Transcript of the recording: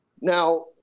Now